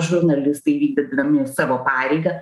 žurnalistai vykdydami savo pareigą